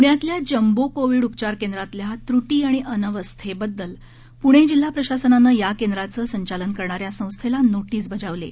पुण्यातल्या jumbo Covid उपचार केंद्रातल्या त्रूटी आणि अव्यवस्थेबद्दल पुणे जिल्हा प्रशासनानं या केंद्राचं संचालन करणाऱ्या संस्थेला नोटीस बजावली आहे